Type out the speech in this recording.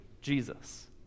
Jesus